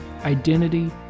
identity